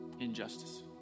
Injustice